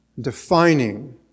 Defining